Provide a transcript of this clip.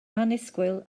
annisgwyl